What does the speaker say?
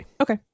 Okay